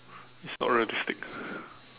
it's not realistic